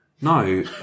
No